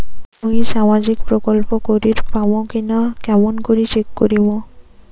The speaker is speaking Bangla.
মুই সামাজিক প্রকল্প করির পাম কিনা কেমন করি চেক করিম?